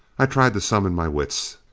i tried to summon my wits.